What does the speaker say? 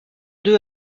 deux